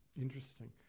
Interesting